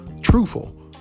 truthful